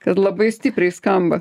kad labai stipriai skamba